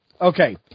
Okay